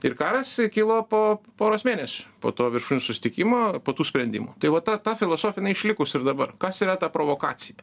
ir karas kilo po poros mėnesių po to viršūnių susitikimo po tų sprendimų tai vat ta ta filosofija jinai išlikus ir dabar kas yra ta provokacija